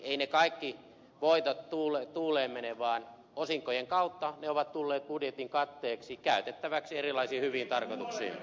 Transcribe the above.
eivät ne kaikki voitot tuuleen mene vaan osinkojen kautta ne ovat tulleet budjetin katteeksi käytettäväksi erilaisiin hyviin tarkoituksiin